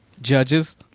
Judges